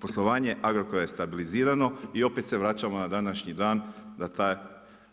Poslovanje Agrokora je stabilizirano i opet se vraćamo na današnji dan da